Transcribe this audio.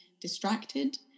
distracted